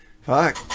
fuck